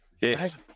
Yes